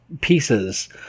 pieces